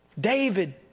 David